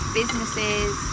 businesses